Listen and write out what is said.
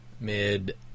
mid